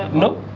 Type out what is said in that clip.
and no